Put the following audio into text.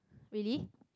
really